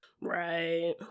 Right